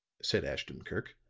said ashton-kirk.